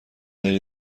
دقیقه